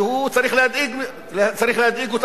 שצריך להדאיג אותנו,